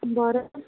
बरें